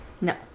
No